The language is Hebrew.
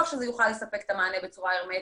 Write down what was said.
שזה יוכל לספק את המענה בצורה הרמטית.